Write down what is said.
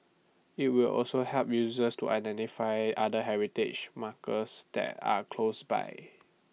IT will also help users to identify other heritage markers that are close by